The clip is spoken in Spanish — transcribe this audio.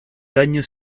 daño